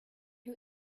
who